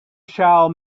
shall